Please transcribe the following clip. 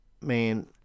Man